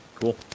cool